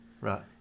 Right